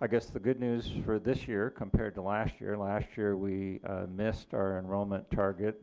i guess the good news for this year compared to last year last year we missed our enrollment target,